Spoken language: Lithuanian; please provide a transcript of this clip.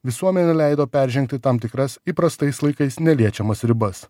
visuomenė leido peržengti tam tikras įprastais laikais neliečiamas ribas